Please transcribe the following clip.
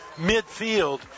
midfield